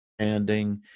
standing